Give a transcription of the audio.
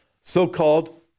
so-called